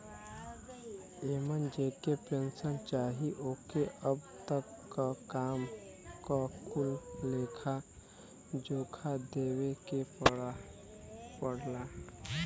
एमन जेके पेन्सन चाही ओके अब तक क काम क कुल लेखा जोखा देवे के पड़ला